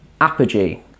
Apogee